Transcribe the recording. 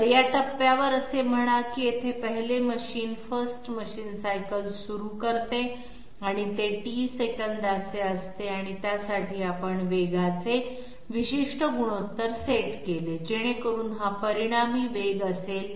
तर या टप्प्यावर असे म्हणा की येथे पहिले मशीन 1st मशीन सायकल सुरू करते आणि ते T सेकंदांचे असते आणि त्यासाठी आपण वेगाचे विशिष्ट गुणोत्तर सेट केले जेणेकरून हा परिणामी वेग असेल